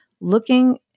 looking